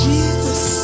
Jesus